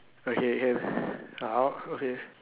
okay can ah okay